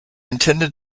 intended